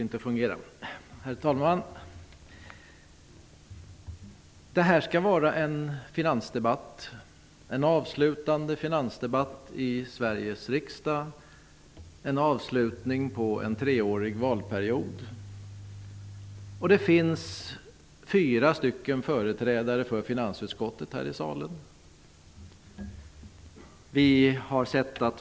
Herr talman! Det här skall vara en finansdebatt som utgör en avslutning på en treårig valperiod i Sveriges riksdag, och det finns fyra företrädare för finansutskottet här i kammaren.